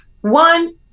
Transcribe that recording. One